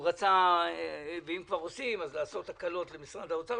הוא רצה לעשות הקלות למשרד האוצר,